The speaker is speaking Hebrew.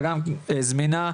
וגם זמינה,